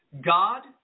God